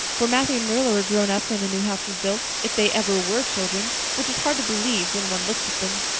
for matthew and marilla were grown up when the new house was built if they ever were children, which is hard to believe when one looks at them.